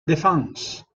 défense